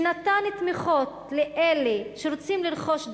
שנתן תמיכות לאלה שרוצים לרכוש דירה,